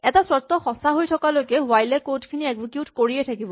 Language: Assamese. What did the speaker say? এটা চৰ্ত সঁচা হৈ থকালৈকে হুৱাইল এ কড খিনি এক্সিকিউট কৰিয়েই থাকিব